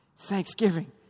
Thanksgiving